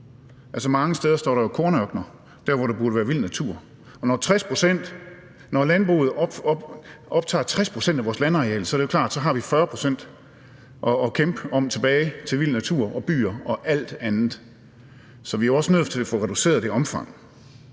mange steder står der jo kornørkener, hvor der burde være vild natur. Når landbruget optager 60 pct. af vores landareal, er det jo klart, at vi så har 40 pct. tilbage at kæmpe om til vild natur og byer og alt andet. Så vi er også nødt til at få reduceret det omfang.